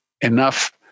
enough